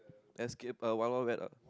escape uh Wild-Wild-Wet ah